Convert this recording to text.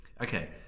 Okay